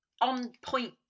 on-point